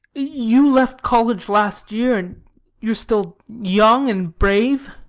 you left college last year, and you are still young and brave.